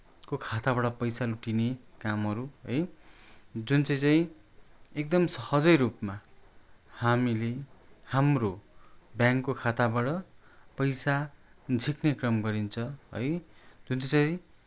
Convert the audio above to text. को खाताबाट पैसा लुटिने कामहरू है जुन चाहिँ चाहिँ एकदम सहजै रूपमा हामीले हाम्रो ब्याङ्को खाताबाट पैसा झिक्ने काम गरिन्छ है जुन चाहिँ चाहिँ